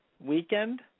weekend